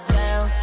down